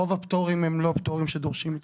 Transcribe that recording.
רוב הפטורים הם לא פטורים שדורשים את